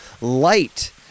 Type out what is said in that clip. light